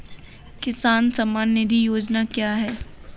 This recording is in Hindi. किसान सम्मान निधि योजना क्या है?